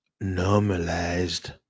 normalized